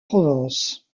provence